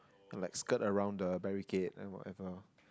like skirt around the barricade and whatever